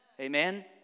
Amen